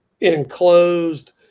enclosed